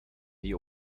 die